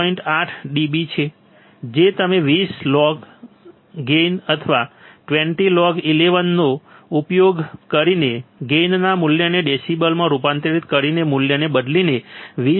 8 dB છે જે તમે 20 log અથવા 20 log નો ઉપયોગ કરીને ગેઇનના મૂલ્યને ડેસિબલમાં રૂપાંતરિત કરીને મૂલ્યને બદલીને 20